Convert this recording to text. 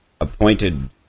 appointed